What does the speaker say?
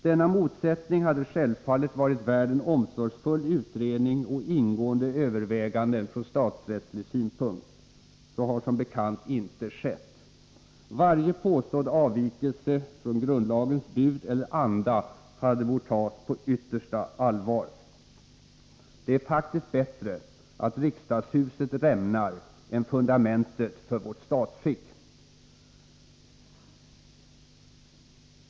Denna motsättning hade självfallet varit värd en omsorgsfull utredning och ingående överväganden från statsrättslig synpunkt. Så har som bekant inte skett. Varje påstådd avvikelse från grundlagens bud eller anda hade bort tas på yttersta allvar. Det är faktiskt bättre att riksdagshuset rämnar än att fundamentet för vårt statsskick gör det.